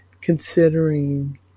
considering